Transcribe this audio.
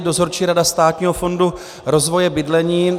Dozorčí rada Státního fondu rozvoje bydlení.